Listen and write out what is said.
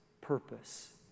purpose